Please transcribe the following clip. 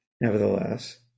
nevertheless